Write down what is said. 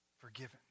forgiven